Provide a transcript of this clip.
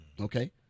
okay